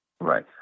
Right